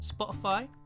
Spotify